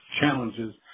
challenges